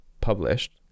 published